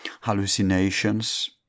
hallucinations